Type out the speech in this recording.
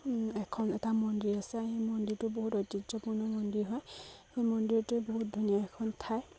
এখন এটা মন্দিৰ আছে সেই মন্দিৰটো বহুত ঐতিহ্যপূৰ্ণ মন্দিৰ হয় সেই মন্দিৰটো বহুত ধুনীয়া এখন ঠাই